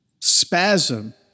spasm